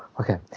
Okay